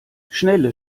schnelle